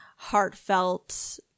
heartfelt